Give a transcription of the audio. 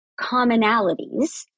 commonalities